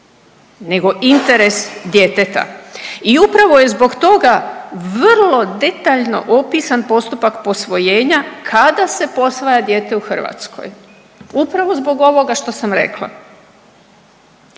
nego interes djeteta. I upravo je zbog toga vrlo detaljno opisan postupak posvojenja kada se posvaja dijete u Hrvatskoj. Upravo zbog ovoga što sam rekla.